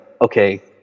okay